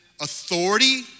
authority